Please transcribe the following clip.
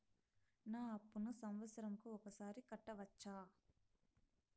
నా అప్పును సంవత్సరంకు ఒకసారి కట్టవచ్చా?